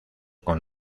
con